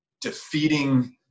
defeating